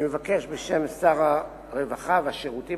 אני מבקש בשם שר הרווחה והשירותים